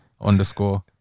Underscore